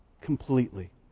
completely